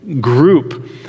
group